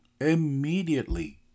immediately